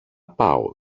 πάω